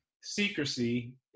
secrecy